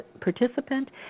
participant